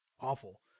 awful